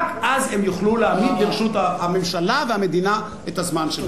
רק אז הם יוכלו להעמיד לרשות הממשלה והמדינה את הזמן שלהם.